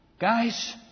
Guys